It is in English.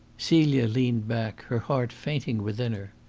celia leaned back, her heart fainting within her.